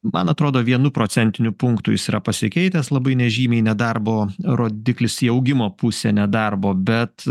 man atrodo vienu procentiniu punktu jis yra pasikeitęs labai nežymiai nedarbo rodiklis į augimo pusę nedarbo bet